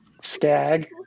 stag